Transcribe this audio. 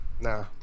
Nah